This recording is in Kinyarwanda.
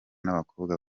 n’abakobwa